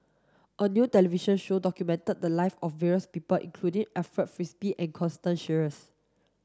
a new television show documented the live of various people including Alfred Frisby and Constance Sheares